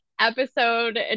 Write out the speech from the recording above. episode